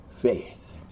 faith